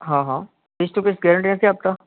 હા હા piece to piece guarantee નથી આપતા